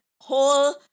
whole